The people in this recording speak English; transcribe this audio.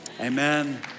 Amen